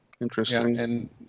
Interesting